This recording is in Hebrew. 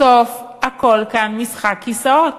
בסוף הכול כאן משחק כיסאות.